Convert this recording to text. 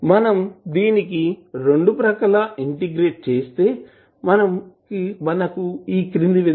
మనం రెండు ప్రక్కలా ఇంటిగ్రేట్ చేస్తే ఈ క్రింది విధంగా లభిస్తుంది